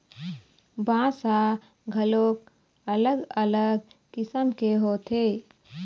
बांस ह घलोक अलग अलग किसम के होथे